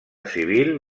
civil